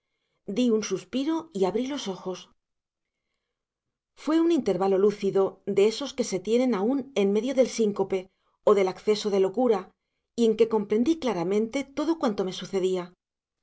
di un suspiro y abrí los ojos fue un intervalo lúcido de esos que se tienen aún en medio del síncope o del acceso de locura y en que comprendí claramente todo cuanto me sucedía